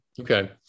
Okay